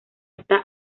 está